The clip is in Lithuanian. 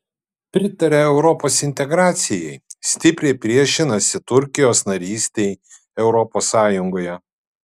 pritaria europos integracijai stipriai priešinasi turkijos narystei europos sąjungoje